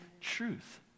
truth